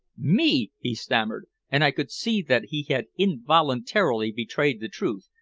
me! he stammered, and i could see that he had involuntarily betrayed the truth,